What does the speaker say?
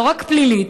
לא רק פלילית,